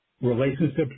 relationships